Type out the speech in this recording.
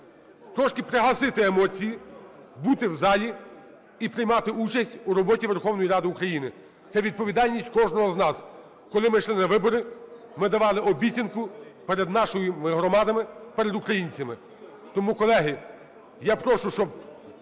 трошки пригасити емоції, бути в залі і приймати участь у роботі Верховної Ради України. Це відповідальність кожного з нас. Коли ми йшли на вибори, ми давали обіцянку перед нашою громадою, перед українцями. Тому, колеги, я прошу, щоб